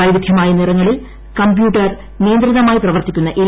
വൈവിദ്ധ്യമായ നിറങ്ങളിൽ കമ്പ്യൂട്ടർ നിയന്ത്രിതമായി പ്രവർത്തിക്കുന്ന എൽ